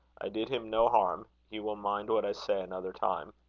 i did him no harm. he will mind what i say another time.